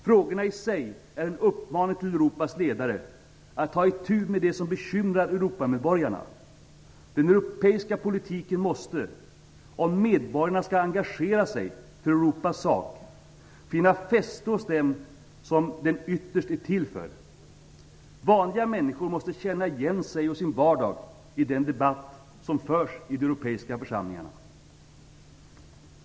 Frågorna i sig är en uppmaning till Europas ledare att ta itu med det som bekymrar - om medborgarna skall engagera sig för Europas sak - finna fäste hos dem som den ytterst är till för. Vanliga människor måste känna igen sig och sin vardag i den debatt som förs i de europeiska församlingarna.